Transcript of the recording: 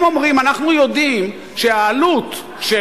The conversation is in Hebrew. הם אומרים: אנחנו יודעים שהעלות של